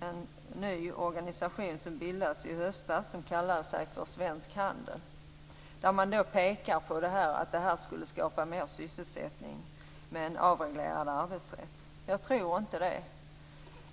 en ny organisation som bildades i höstas och som kallar sig för Svensk handel. Man pekar på att en avreglering av arbetsrätten skulle skapa mer sysselsättning. Jag tror inte det.